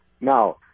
Now